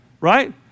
Right